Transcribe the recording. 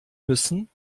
müssen